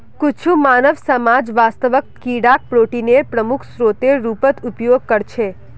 कुछु मानव समाज वास्तवत कीडाक प्रोटीनेर प्रमुख स्रोतेर रूपत उपयोग करछे